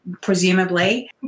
presumably